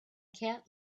cat